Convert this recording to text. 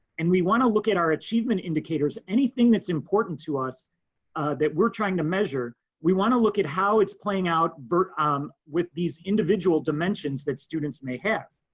and we want to look at our achievement indicators, anything that's important to us that we're trying to measure. we wanna look at how it's playing out but um with these individual dimensions that students may have.